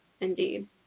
indeed